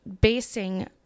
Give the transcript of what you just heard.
basing